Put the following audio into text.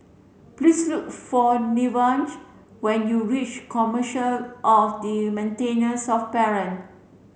please look for Nevaeh when you reach Commissioner for the Maintenance of Parent